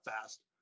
fast